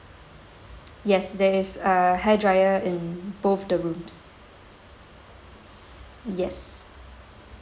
yes there is a hair dryer in both the rooms yes